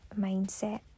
mindset